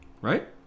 right